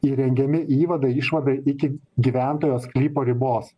įrengiami įvadai išvadai iki gyventojo sklypo ribos